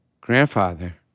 grandfather